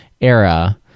era